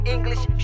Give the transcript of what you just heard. English